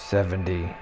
Seventy